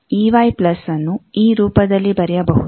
ಈಗ ಯನ್ನು ಈ ರೂಪದಲ್ಲಿ ಬರೆಯಬಹುದು